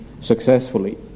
successfully